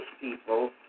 people